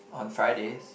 on Fridays